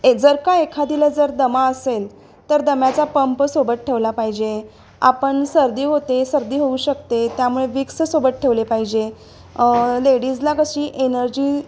ए जर का एखादीला जर दमा असेल तर दम्याचा पंप सोबत ठेवला पाहिजे आपण सर्दी होते सर्दी होऊ शकते त्यामुळे विक्स सोबत ठेवले पाहिजे लेडीजला कशी एनर्जी